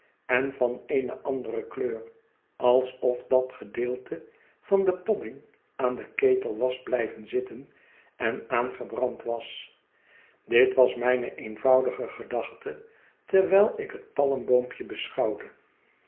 en van eene andere kleur alsof dat gedeelte van den podding aan den ketel was blijven zitten en aangebrand was dit was mijne eenvoudige gedachte terwijl ik het palmboompje beschouwde